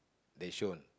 they shown